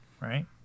right